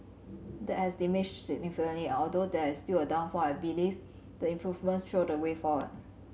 that has diminished significantly and although there is still a shortfall I believe the improvements show the way forward